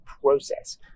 process